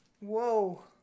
Whoa